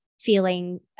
feeling